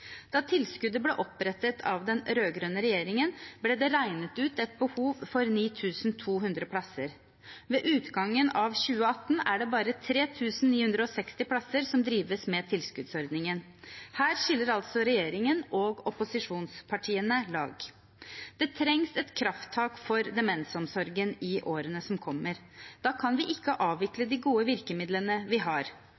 Da tilskuddet ble opprettet av den rød-grønne regjeringen, ble det regnet ut et behov for 9 200 plasser. Ved utgangen av 2018 er det bare 3 960 plasser som drives med tilskuddsordningen. Her skiller regjeringen og opposisjonspartiene lag. Det trengs et krafttak for demensomsorgen i årene som kommer, og da kan vi ikke avvikle